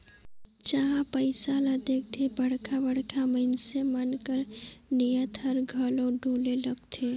जिहां पइसा ल देखथे बड़खा बड़खा मइनसे मन कर नीयत हर घलो डोले लगथे